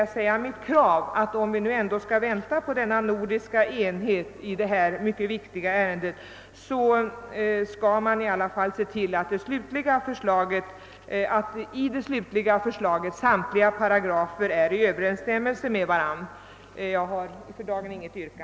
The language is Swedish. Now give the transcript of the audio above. Jag utgår nu från att man, om man ändå skall avvakta nordisk enighet i detta mycket viktiga ärende, åtminstone skall se till att samtliga paragrafer i det slutliga förslaget står i överensstämmelse med varandra.